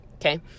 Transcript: Okay